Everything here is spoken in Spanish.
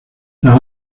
las